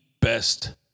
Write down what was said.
best